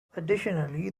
additionally